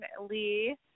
Lee